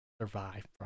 survive